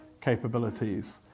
capabilities